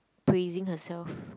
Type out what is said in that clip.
praising herself